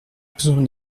besoin